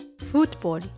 Football